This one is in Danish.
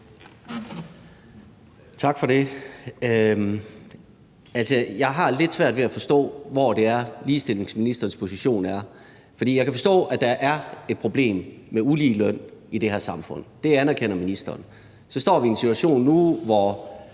Tak for det. Jeg har lidt svært ved at forstå, hvor ligestillingsministerens position er. Jeg kan forstå, at der er et problem med uligeløn i det her samfund, det anerkender ministeren, og så står vi i en situation nu, hvor